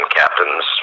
captains